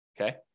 okay